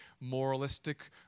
moralistic